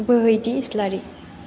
बोहैथि इसलारि